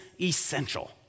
essential